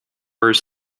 were